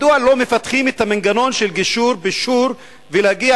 מדוע לא מפתחים את המנגנון של גישור ופישור ולהגיע